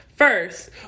first